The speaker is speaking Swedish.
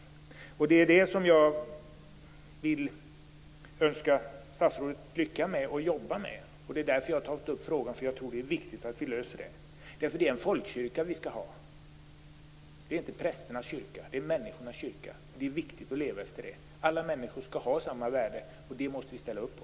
Det är det jobbet som jag vill önska statsrådet lycka till med. Jag har ställt frågan därför att jag tror att det är viktigt att vi löser den. Det är en folkkyrka vi skall ha. Det är inte prästernas kyrka - det är människornas kyrka. Det är viktigt att leva efter det. Alla människor skall ha samma värde, och det måste vi ställa upp på.